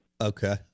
Okay